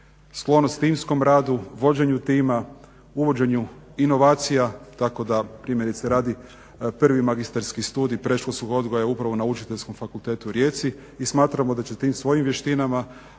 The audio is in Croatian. sklonost timskom radu, vođenju tima, uvođenju inovacija. Tako da primjerice radi prvi magisterski studij predškolskog odgoja upravo na Učiteljskom fakultetu u Rijeci i smatramo da će tim svojim vještinama